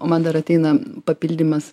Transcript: o man dar ateina papildymas